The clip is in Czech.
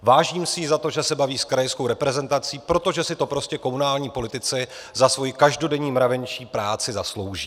Vážím si jí za to, že se baví s krajskou reprezentací, protože si to prostě komunální politici za svoji každodenní mravenčí práci zaslouží.